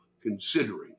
considering